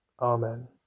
Amen